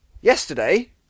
Yesterday